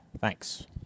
Thanks